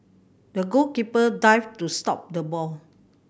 the goalkeeper dived to stop the ball